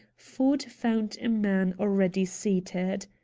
ford found a man already seated.